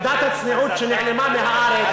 מידת הצניעות שנעלמה מהארץ,